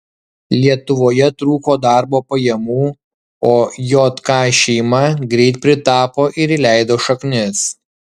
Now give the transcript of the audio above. lietuvoje trūko darbo pajamų o jk šeima greit pritapo ir įleido šaknis